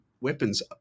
weapons